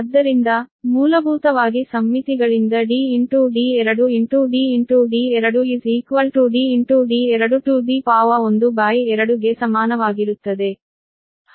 ಆದ್ದರಿಂದ ಮೂಲಭೂತವಾಗಿ ಸಮ್ಮಿತಿಗಳಿಂದ D d2 D d2 12 ಗೆ ಸಮಾನವಾಗಿರುತ್ತದೆ